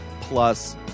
Plus